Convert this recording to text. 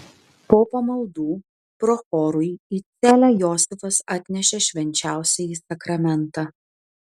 po pamaldų prochorui į celę josifas atnešė švenčiausiąjį sakramentą